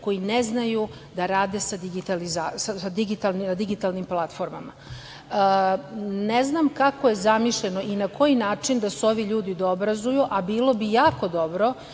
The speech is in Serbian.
koji ne znaju sa digitalnim platformama. Ne znam kako je zamišljeno i na koji način da se ovi ljudi obrazuju, a bilo bi jako dobro